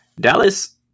Dallas